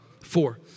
four